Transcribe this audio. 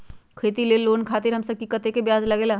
खेती लोन खातीर कम से कम कतेक ब्याज लगेला?